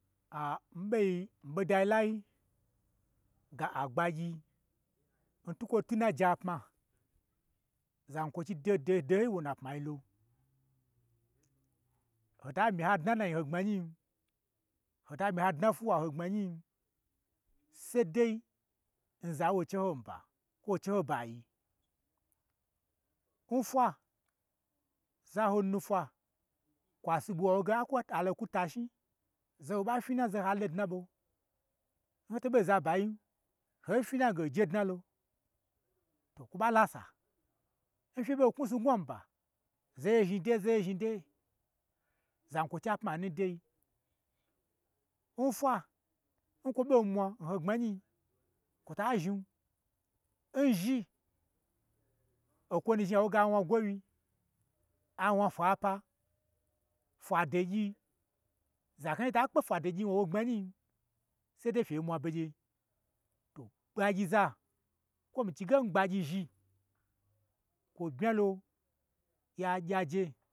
mii ɓei ɓodai la, ga agbagyi n twukwo twu nnaje apma, zankwochi doho doho dohoyi wona pmai lo, hota myi ha dna n nanyi n hoi gbmanyi i yin, hota myi ha dna n fwuwa n ho gbmanyi yin, saide n zayi n wo che ho nba, nwo che ho bayi, nfwa za ho nufwa, kwasi ɓwuho ha wo, ge akwu, alo atashni, zaho ɓa fnyi na, zaha lo dna ɓon ho to ɓon za bayin, to fnyi na ange hoje dnalo, to kwo ɓa lasa, n fye ɓo knwu snu ngnwa ba, zaye zhni deye, zaye zhni deye, zankwochi apma nu n doi, nfwa, nkwo ɓo man ho gbmanyi, kwota zhni, nzhi, okwonu zhni ha woge a wna gowyi, awna fwapa, fwea dogyi, za knayi ta kpe fwa do gyi nwo gbmanyi yin, sai de fye mwa begye, to gbagyi za, kwo mii chige ngbagyi zhi, kwo bmyalo ya gyaje